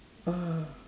ah